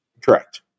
Correct